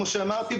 כמו שאמרתי,